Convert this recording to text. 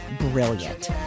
brilliant